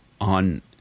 on